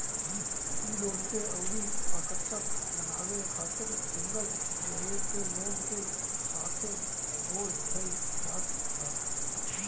इ लोन के अउरी आकर्षक बनावे खातिर सिंगल प्रीमियम के लोन के साथे जोड़ देहल जात ह